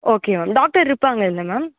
okay ma'am doctor இருப்பாங்கள்ல ma'am